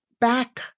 back